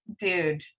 dude